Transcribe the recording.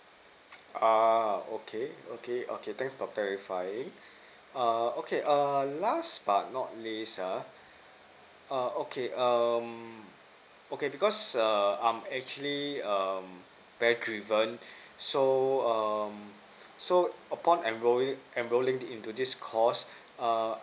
uh okay okay okay thanks for clarifying uh okay err last but not least uh err okay um okay because err I'm actually um bare driven so um so upon enrolling enrolling into this course err